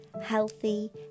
healthy